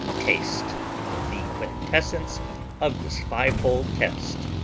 taste the quintessence of this fivefold test.